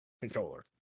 controller